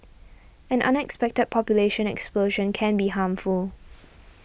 an unexpected population explosion can be harmful